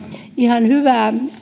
ihan hyvin